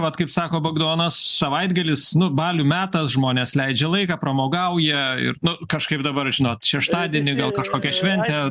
vat kaip sako bagdonas savaitgalis nu balių metas žmonės leidžia laiką pramogauja ir nu kažkaip dabar žinot šeštadienį gal kažkokia šventė